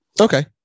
Okay